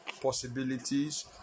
possibilities